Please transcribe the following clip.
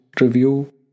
review